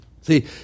See